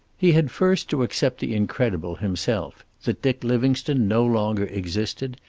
he had first to accept the incredible, himself that dick livingstone no longer existed,